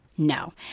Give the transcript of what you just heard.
No